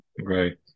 right